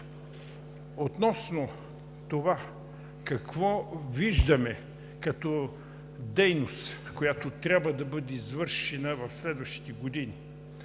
Относно това какво виждаме като дейност, която трябва да бъде извършена в следващите години,